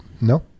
No